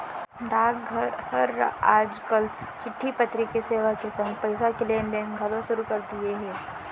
डाकघर हर आज काल चिट्टी पतरी के सेवा के संग पइसा के लेन देन घलौ सुरू कर दिये हे